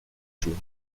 jours